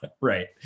Right